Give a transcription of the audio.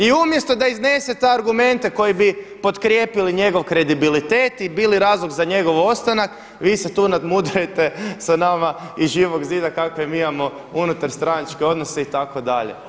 I umjesto da iznesete argumente koji bi potkrijepili njegov kredibilitet i bili razlog za njegov ostanak vi se tu nadmudrujete sa nama iz Živog zida kakve mi imamo unutarstranačke odnose itd.